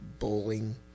Bowling